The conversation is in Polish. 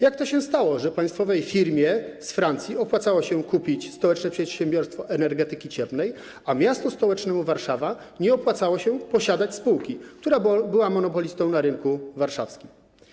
Jak to się stało, że państwowej firmie z Francji opłacało się kupić Stołeczne Przedsiębiorstwo Energetyki Cieplnej, a miastu stołecznemu Warszawa nie opłacało się posiadać spółki, która była monopolistą na rynku warszawskim?